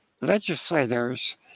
legislators